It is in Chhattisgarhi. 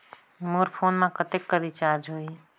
मोर फोन मा कतेक कर रिचार्ज हो ही?